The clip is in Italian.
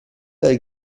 dal